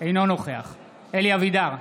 אינו נוכח אלי אבידר,